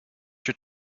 your